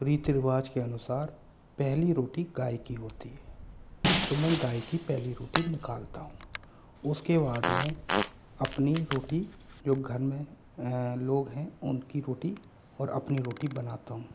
रीति रिवाज के अनुसार पहली रोटी गाय की होती है तो मैं गाय की पहली रोटी निकालता हूँ उसके बाद मैं अपनी रोटी जो घर में लोग है उनकी रोटी और अपनी रोटी बनाता हूँ